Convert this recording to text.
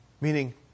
Meaning